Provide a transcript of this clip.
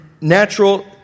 natural